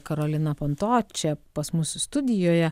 karolina panto čia pas mus studijoje